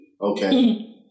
okay